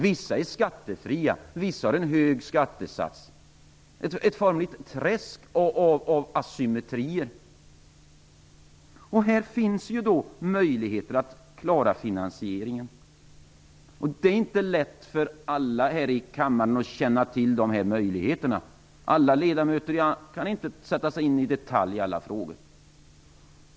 Vissa produkter är skattefria och vissa har en hög skattesats. Det är alltså formligen ett träsk av assymetrier. Här finns det möjligheter att klara finansieringen. Det är inte lätt för alla i denna kammare att känna till alla möjligheter. Alla ledamöter kan inte i detalj sätta sig in i alla frågor.